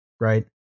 right